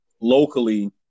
locally